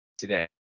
Today